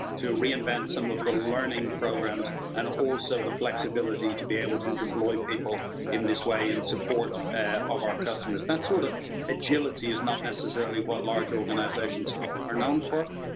to reinvent some of the learning programs and also, the flexibility to be able to deploy people in this way in support of our customers. that sort of agility is not necessarily what large organizations are known for.